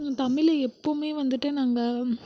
தமிழை எப்போவுமே வந்துட்டு நாங்கள்